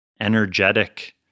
energetic